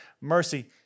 mercy